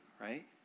right